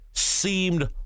seemed